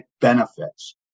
benefits